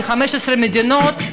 מ-15 המדינות,